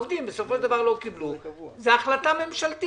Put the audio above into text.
קיבלנו את זה לפני כחודש,